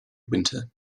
winter